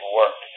work